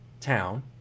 town